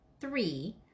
Three